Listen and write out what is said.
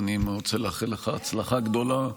אני רוצה לאחל לך הצלחה גדולה,